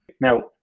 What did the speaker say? Now